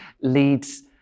leads